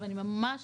אני ממש